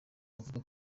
buvuga